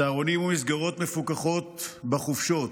צהרונים ומסגרות מפוקחות בחופשות,